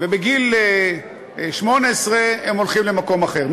ובגיל 18 הם הולכים למקום אחר.